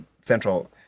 central